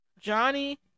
Johnny